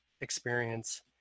experience